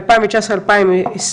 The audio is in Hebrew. ב-2019-2020: